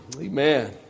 Amen